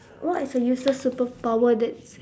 what is a useless superpower that's